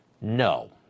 No